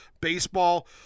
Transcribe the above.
baseball